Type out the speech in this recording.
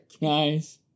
Nice